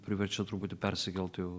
priverčia truputį persikelt jau